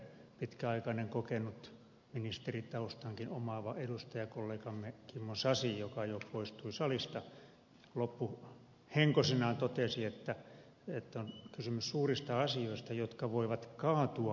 aivan kuten pitkäaikainen kokenut ministeritaustankin omaava edustajakollegamme kimmo sasi joka jo poistui salista loppuhenkosinaan totesi on kysymys suurista asioista jotka voivat kaatua meidän päällemme